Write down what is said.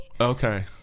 Okay